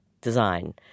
design